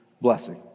blessing